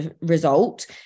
result